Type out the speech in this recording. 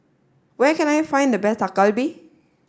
where can I find the best Dak Galbi